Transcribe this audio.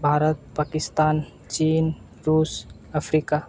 ᱵᱷᱟᱨᱚᱛ ᱯᱟᱠᱤᱥᱛᱟᱱ ᱪᱤᱱ ᱨᱩᱥ ᱟᱯᱷᱨᱤᱠᱟ